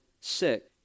sick